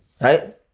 Right